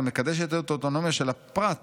המקדשת את האוטונומיה של הפרט